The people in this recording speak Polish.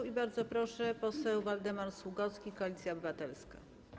I bardzo proszę, poseł Waldemar Sługocki, Koalicja Obywatelska.